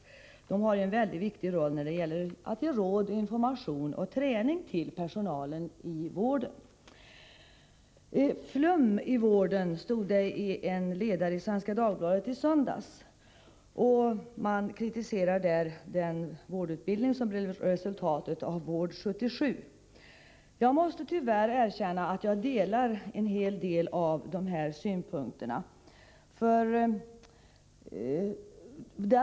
Sjukhusingenjörerna har en väldigt viktig roll när det gäller att ge råd, information och träning till personalen i vården. ”Flum i vården,” stod det i en ledare i Svenska Dagbladet i söndags. Där kritiserades den vårdutbildning som blev resultatet av ”Vård 77.” Jag måste erkänna att jag delar en hel del av de synpunkter som framfördes i ledaren.